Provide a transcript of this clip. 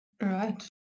Right